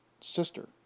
sister